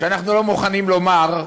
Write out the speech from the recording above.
שאנחנו לא מוכנים לומר,